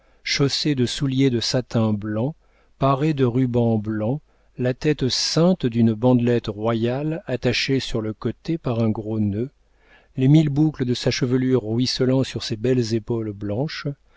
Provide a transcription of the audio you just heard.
chaussée de souliers de satin blanc parée de rubans blancs la tête ceinte d'une bandelette royale attachée sur le côté par un gros nœud les mille boucles de sa chevelure ruisselant sur ses belles épaules blanches